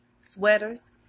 sweaters